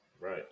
Right